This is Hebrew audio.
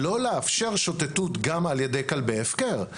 לא לאפשר שוטטות גם על ידי כלבי הפקר,